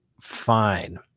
fine